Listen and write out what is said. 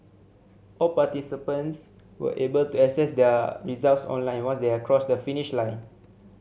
all participants were able to access their results online once they are crossed the finish line